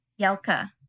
Yelka